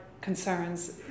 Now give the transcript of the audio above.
concerns